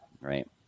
right